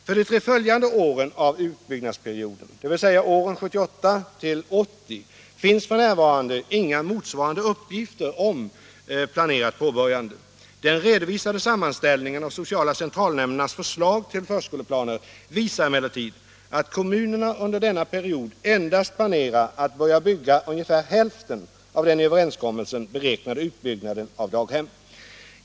För de tre följande åren av utbyggnadsperioden, dvs. åren 1978-1980, finns f. n. inga motsvarande uppgifter om planerat påbörjande. Den redovisade sammanställningen av sociala centralnämndernas förslag till förskoleplaner visar emellertid att kommunerna under denna period planerar att börja bygga endast ungefär hälften av det i överenskommelsen beräknade antalet daghem.